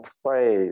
pray